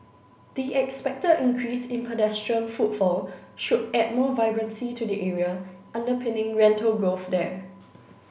the expected increase in pedestrian footfall should add more vibrancy to the area underpinning rental growth there